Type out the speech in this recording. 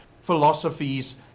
philosophies